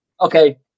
okay